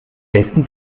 besten